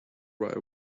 right